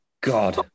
god